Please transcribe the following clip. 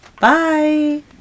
Bye